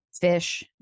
fish